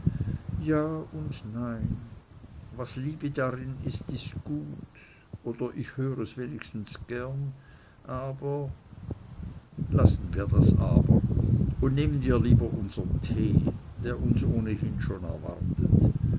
ja und nein was liebe darin ist ist gut oder ich hör es wenigstens gern aber lassen wir das aber und nehmen wir lieber unseren tee der uns ohnehin schon erwartet